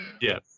Yes